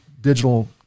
digital